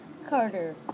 Carter